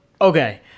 okay